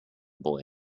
boy